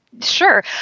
sure